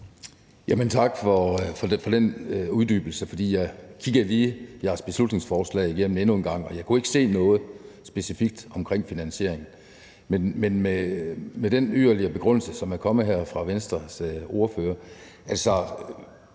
Tak for den uddybning, for jeg kiggede lige jeres beslutningsforslag igennem endnu en gang, og jeg kunne ikke se noget specifikt omkring finansieringen. Men med den yderligere begrundelse, der er kommet her fra Venstres ordfører, vil